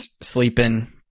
sleeping